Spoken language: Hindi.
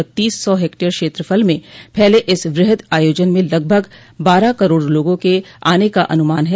बत्तीस सौ हेक्टेयर क्षेत्रफल में फैले इस वृहद आयोजन में लगभग बारह करोड़ लोगों के आने का अनुमान है